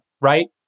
right